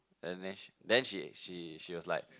then next she then she she she was like